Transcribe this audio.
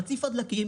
רציף הדלקים